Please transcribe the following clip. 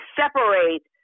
separate